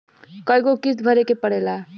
कय गो किस्त भरे के पड़ेला?